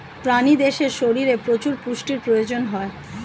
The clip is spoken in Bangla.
প্রাণীদের শরীরে প্রচুর পুষ্টির প্রয়োজন হয়